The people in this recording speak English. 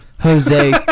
Jose